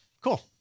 cool